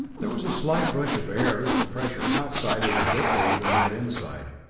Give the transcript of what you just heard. there was a slight rush of air, as the pressure outside was a bit lower than that inside.